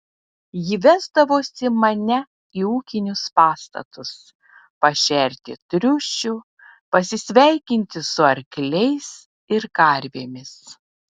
ji vesdavosi mane į ūkinius pastatus pašerti triušių pasisveikinti su arkliais ir karvėmis